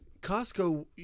Costco